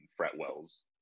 Fretwell's